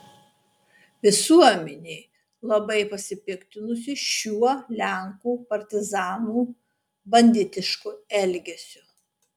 visuomenė labai pasipiktinusi šiuo lenkų partizanų banditišku elgesiu